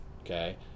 okay